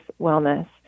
wellness